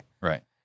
Right